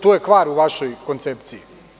To je kvar u vašoj koncepciji.